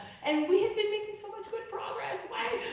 and we have been making so much good progress, why